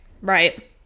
right